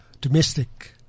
domestic